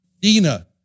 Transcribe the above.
Dina